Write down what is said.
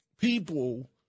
people